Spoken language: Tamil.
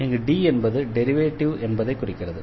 இங்கு D என்பது டெரிவேட்டிவ் என்பதை குறிக்கிறது